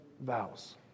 vows